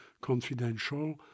confidential